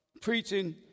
preaching